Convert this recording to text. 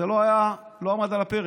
זה לא עמד על הפרק.